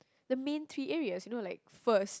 the main three areas you know like first